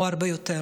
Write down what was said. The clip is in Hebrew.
הוא הרבה יותר,